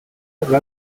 around